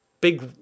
big